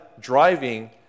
driving